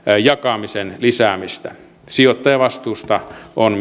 jakamisen lisäämistä myös sijoittajavastuusta on